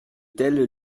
tels